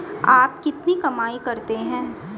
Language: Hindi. आप कितनी कमाई करते हैं?